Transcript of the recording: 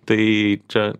tai čia